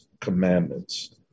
commandments